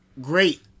great